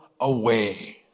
away